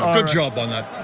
um good job on that.